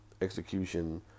execution